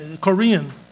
Korean